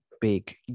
big